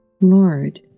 Lord